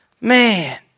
Man